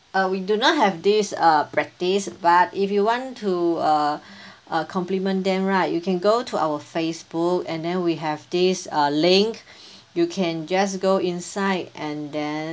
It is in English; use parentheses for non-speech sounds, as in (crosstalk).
uh we do not have this uh practice but if you want to uh (breath) uh compliment them right you can go to our facebook and then we have this uh link (breath) you can just go inside and then